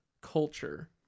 culture